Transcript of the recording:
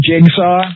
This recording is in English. jigsaw